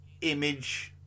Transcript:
image